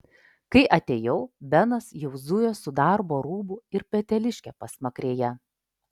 kai atėjau benas jau zujo su darbo rūbu ir peteliške pasmakrėje